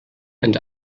and